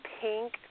pink